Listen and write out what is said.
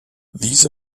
these